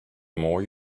more